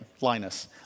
Linus